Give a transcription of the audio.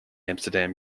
amsterdam